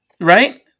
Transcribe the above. Right